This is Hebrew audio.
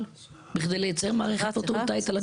בכדי לייצר מערכת פוטו-וולטאית על הגג?